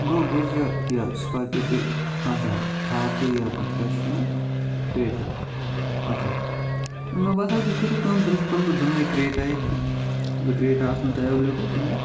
گوٚو حظ یہِ سکارپیو تہِ اچھا تھار تہِ یہِ اتھ کیاہ چھِ وَنان کریٹا اچھا مےٚ باسان تُہۍ کٔرِو کٲم تیٚلہِ تُلو دۄنوٕے کریٹا ہی زٕ کریٹا آسنَو تۄہہِ ایویلیبٕل تمہِ دۄہ